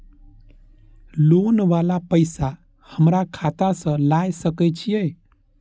Loan वाला पैसा हमरा खाता से लाय सके छीये?